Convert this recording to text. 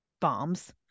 bombs